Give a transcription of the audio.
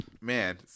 man